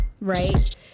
right